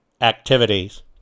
activities